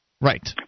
Right